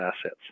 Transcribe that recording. assets